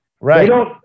right